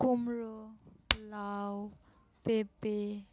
কুমড়ো লাউ পেপে